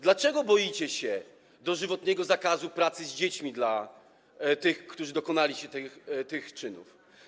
Dlaczego boicie się dożywotniego zakazu pracy z dziećmi dla tych, którzy dopuścili się tych czynów?